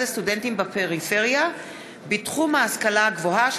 לסטודנטים בפריפריה בתחום ההשכלה הגבוהה.